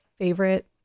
favorite